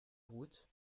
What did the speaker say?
route